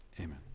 Amen